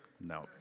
No